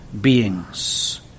beings